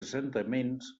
assentaments